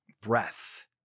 Breath